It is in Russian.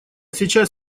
сейчас